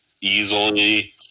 easily